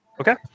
Okay